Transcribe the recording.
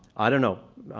i don't know,